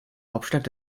hauptstadt